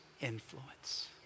influence